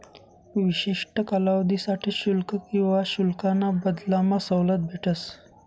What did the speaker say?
विशिष्ठ कालावधीसाठे शुल्क किवा शुल्काना बदलामा सवलत भेटस